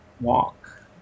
walk